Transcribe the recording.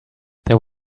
there